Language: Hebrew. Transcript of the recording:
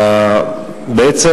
בעצם,